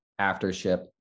Aftership